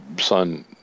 son